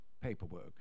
paperwork